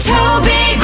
Toby